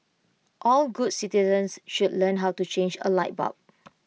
all good citizens should learn how to change A light bulb